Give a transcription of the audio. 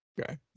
Okay